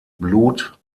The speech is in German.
blut